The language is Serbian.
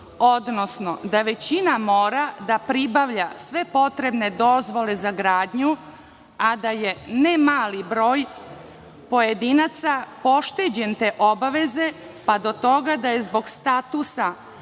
odnosno da većina mora da pribavlja sve potrebne dozvole za gradnju, a da je ne mali broj pojedinaca pošteđen te obaveze, pa do toga da je zbog statusa